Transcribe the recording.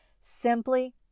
simply